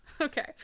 Okay